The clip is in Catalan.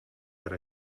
per